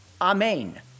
Amen